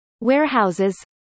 Warehouses